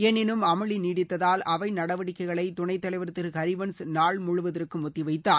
எனினும் அமளி நீடித்ததால் அவை நடவடிக்கைகளை துணைத்தலைவர் திரு ஹிவன்ஸ் நாள் முழுவதற்கும் ஒத்திவைத்தார்